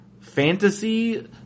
fantasy